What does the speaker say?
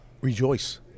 Rejoice